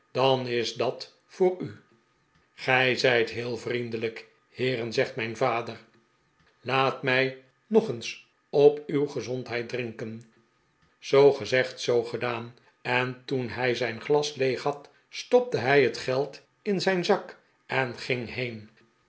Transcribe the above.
dan is dat voor u gij zijt heel vriendelijk heeren zegt mijn vader laat mij nog eens op uw gezondheid drinkenl zoo gezegd zpo gedaan en toen hij zijn glas leeg had stopte hij het geld in zijn zak en ging heen